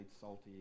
salty